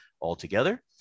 altogether